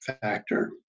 factor